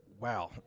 Wow